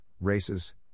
races